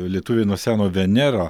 lietuviai nuo seno venerą